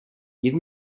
give